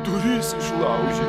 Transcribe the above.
duris išlaužė